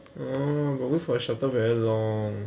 !aww! but wait for shuttle very long